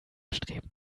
streben